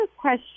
question